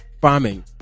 farming